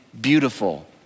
beautiful